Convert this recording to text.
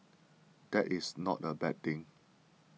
that is not a bad thing